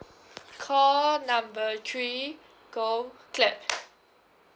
call number three go clap